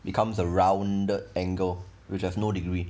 becomes a rounded angle which has no degree